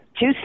two